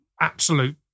absolute